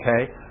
okay